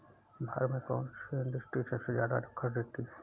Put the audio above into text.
भारत में कौन सी इंडस्ट्री सबसे ज्यादा कर देती है?